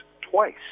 twice